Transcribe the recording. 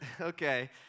okay